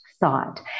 thought